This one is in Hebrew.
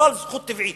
לשלול זכות טבעית.